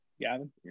Gavin